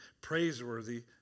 praiseworthy